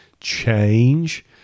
change